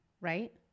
right